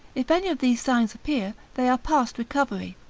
if any of these signs appear, they are past recovery.